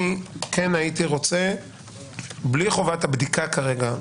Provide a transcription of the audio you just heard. אני כן הייתי רוצה בלי חובת הבדיקה כרגע.